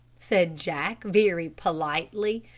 said jack, very politely.